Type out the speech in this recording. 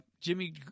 Jimmy